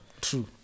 True